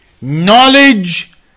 knowledge